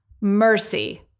Mercy